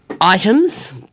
items